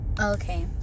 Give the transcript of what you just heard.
okay